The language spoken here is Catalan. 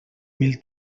mil